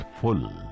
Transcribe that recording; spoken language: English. full